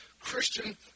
Christian